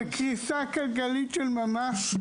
בקריסה כלכלית של ממש.